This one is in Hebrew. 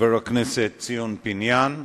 חבר הכנסת ציון פיניאן.